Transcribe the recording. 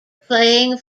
playing